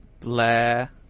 Blair